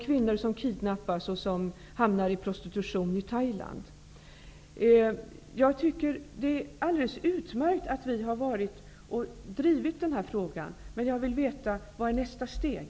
Kvinnor kidnappas och hamnar i prostitution i Thailand. Jag tycker att det är alldeles utmärkt att vi har drivit den här frågan. Men jag vill veta vad som är nästa steg.